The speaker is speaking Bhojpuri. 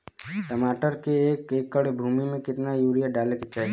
टमाटर के एक एकड़ भूमि मे कितना यूरिया डाले के चाही?